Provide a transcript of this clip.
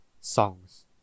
songs